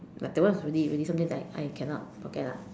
but that one is really really something that I I cannot forget lah